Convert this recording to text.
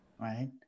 Right